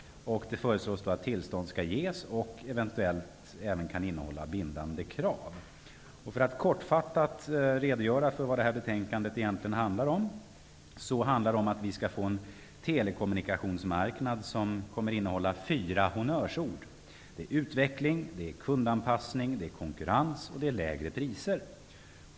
Det förslås att tillstånd som kan innehålla bindande krav skall ges. I korthet handlar detta betänkande om att vi skall få en telekommunikationsmarknad som kommer att innehålla fyra honnörsord: utveckling, kundanpassning, konkurrens och lägre priser.